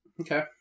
Okay